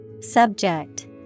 Subject